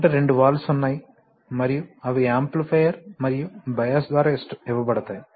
కాబట్టి రెండు వాల్వ్స్ ఉన్నాయి మరియు అవి యాంప్లిఫైయర్ మరియు బయాస్ ద్వారా ఇవ్వబడతాయి